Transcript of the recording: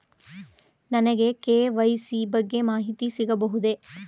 ನನಗೆ ಕೆ.ವೈ.ಸಿ ಬಗ್ಗೆ ಮಾಹಿತಿ ಸಿಗಬಹುದೇ?